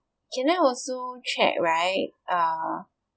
can I also check right err